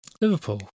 Liverpool